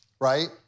right